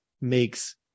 makes